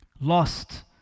lost